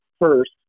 first